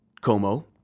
Como